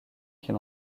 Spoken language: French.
qu’il